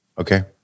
Okay